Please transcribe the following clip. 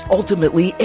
Ultimately